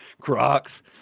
Crocs